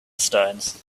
stones